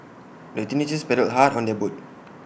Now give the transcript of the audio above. the teenagers paddled hard on their boat